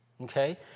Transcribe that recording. Okay